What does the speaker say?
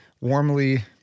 Warmly